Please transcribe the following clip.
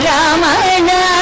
Ramana